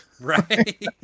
Right